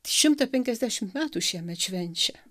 šimtą penkiasdešimt metų šiemet švenčia